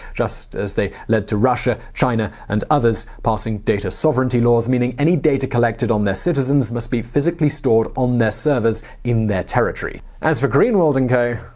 just as they led to russia, china and others passing data sovereignty laws, meaning any data collected on their citizens must be physically stored on servers in their territory. as for greenwald and co?